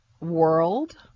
world